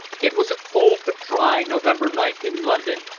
it was a cold but dry november night in london,